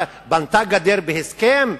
בנתה גדר בהסכם?